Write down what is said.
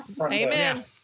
Amen